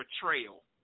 betrayal